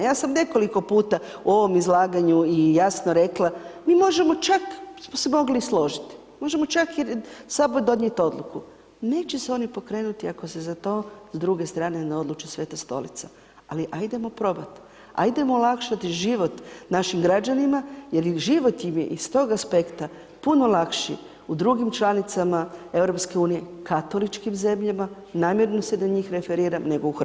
Ja sam nekoliko puta u ovom izlaganju i jasno rekla, mi možemo čak, mi smo se mogli i složiti, možemo čak i Sabor donijeti odluku, neće se oni pokrenuti ako se za to s druge strane ne odluči Sveta Stolica, ali ajdemo probat, adjedmo olakšat život našim građanima jer život im je iz tog aspekta puno lakši u drugim članicama EU, katoličkim zemljama, namjerno sada njih referiram, nego u RH.